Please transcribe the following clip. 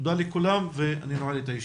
תודה לכולם, הישיבה נעולה.